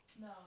No